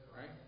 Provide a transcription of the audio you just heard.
Right